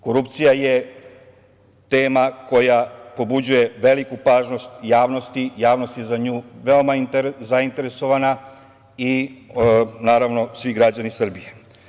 Korupcija je tema koja pobuđuje veliku pažnju javnosti, javnost je za nju veoma zainteresovana i, naravno, svi građani Srbije.